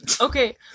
Okay